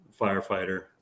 firefighter